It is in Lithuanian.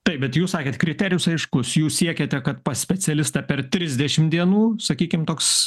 taip bet jūs sakėt kriterijus aiškus jūs siekiate kad pas specialistą per trisdešim dienų sakykim toks